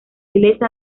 inglesa